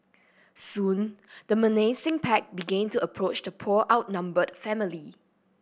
soon the menacing pack begin to approach the poor outnumbered family